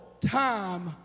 time